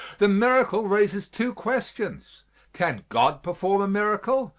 the miracle raises two questions can god perform a miracle?